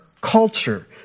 culture